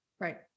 Right